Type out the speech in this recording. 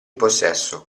possesso